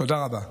תודה רבה.